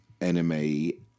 enemy